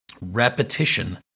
repetition